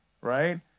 right